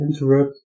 interrupt